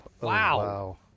Wow